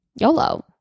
YOLO